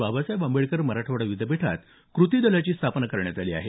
बाबासाहेब आंबेडकर मराठवाडा विद्यापीठात कृती दलाची स्थापना करण्यात आली आहे